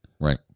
Right